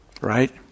right